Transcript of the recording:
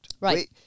right